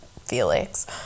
Felix